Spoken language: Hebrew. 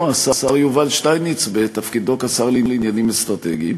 השר יובל שטייניץ בתפקידו כשר לנושאים אסטרטגיים.